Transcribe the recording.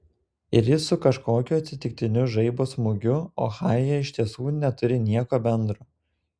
ir jis su kažkokiu atsitiktiniu žaibo smūgiu ohajuje iš tiesų neturi nieko bendro